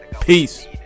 Peace